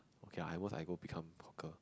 okay I was I go become hawker